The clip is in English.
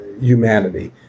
humanity